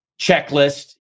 checklist